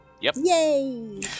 yay